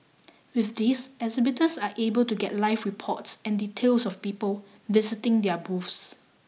with this exhibitors are able to get live reports and details of people visiting their booths